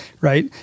Right